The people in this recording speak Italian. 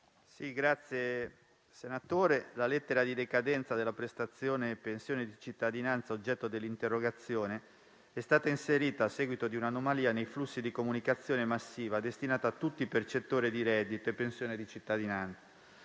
Presidente, senatore, la lettera di decadenza della prestazione di pensione di cittadinanza oggetto dell'interrogazione è stata inserita, a seguito di un'anomalia, nei flussi di comunicazione massiva destinati a tutti i percettori di reddito e pensione di cittadinanza.